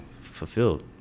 fulfilled